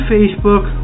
Facebook